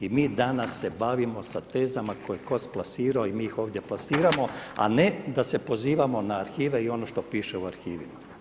I mi danas se bavimo sa tezama koje je HOS plasirao i mi ih ovdje plasiramo a ne da se pozivamo na arhive i ono što piše u arhivima.